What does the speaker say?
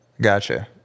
gotcha